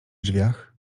drzwiach